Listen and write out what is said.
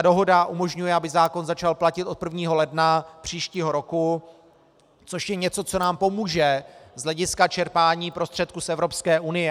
Dohoda umožňuje, aby zákon začal platit od 1. ledna příštího roku, což je něco, co nám pomůže z hlediska čerpání prostředků z Evropské unie.